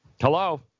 Hello